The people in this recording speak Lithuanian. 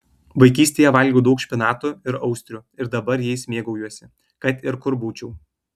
vaikystėje valgiau daug špinatų ir austrių ir dabar jais mėgaujuosi kad ir kur būčiau